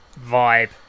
vibe